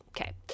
Okay